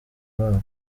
babo